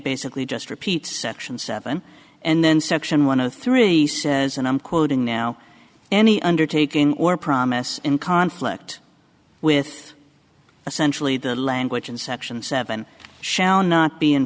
basically just repeat section seven and then section one of three says and i'm quoting now any undertaking or problem yes in conflict with essentially the language in section seven shall not be